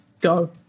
Go